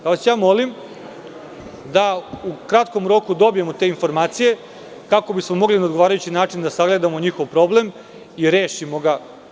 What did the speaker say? Ja vas molim da u kratkom roku dobijemo te informacije kako bismo mogli na odgovarajući način da sagledamo njihov problem i rešimo ga.